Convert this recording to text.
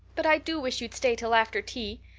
but i do wish you'd stay till after tea.